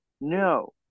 No